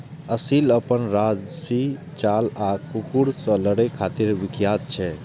असील अपन राजशी चाल आ कुकुर सं लड़ै खातिर विख्यात छै